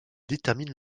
détermine